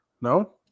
No